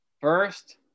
First